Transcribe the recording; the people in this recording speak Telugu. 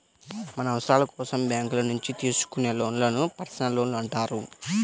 మన అవసరాల కోసం బ్యేంకుల నుంచి తీసుకునే లోన్లను పర్సనల్ లోన్లు అంటారు